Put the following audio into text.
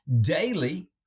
daily